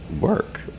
work